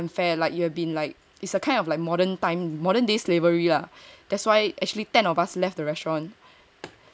so you will feel very very unfair like you have been like it's a kind of like modern time modern day slavery lah that's why actually ten of us left the restaurant